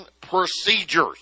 procedures